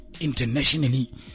internationally